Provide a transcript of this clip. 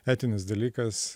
etinis dalykas